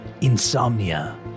insomnia